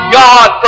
god